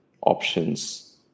options